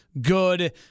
good